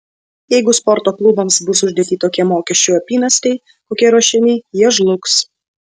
jeigu sporto klubams bus uždėti tokie mokesčių apynasriai kokie ruošiami jie žlugs